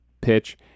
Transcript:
pitch